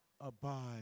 abide